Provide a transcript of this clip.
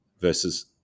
versus